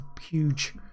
huge